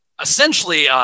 essentially